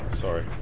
Sorry